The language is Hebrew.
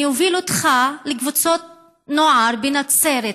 אני אוביל אותך לקבוצות נוער בנצרת,